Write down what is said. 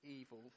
evil